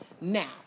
Now